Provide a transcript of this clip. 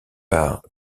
par